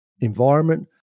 environment